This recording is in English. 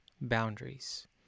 boundaries